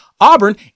Auburn